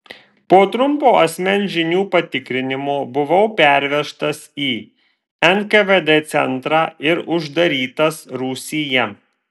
po trumpo asmens žinių patikrinimo buvau pervežtas į nkvd centrą ir uždarytas rūsyje